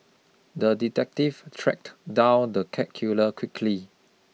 the detective tracked down the cat killer quickly